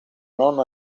non